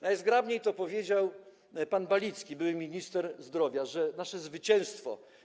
Najzgrabniej powiedział to pan Balicki, były minister zdrowia, że nasze zwycięstwo.